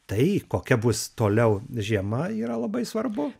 tai kokia bus toliau žiema yra labai svarbu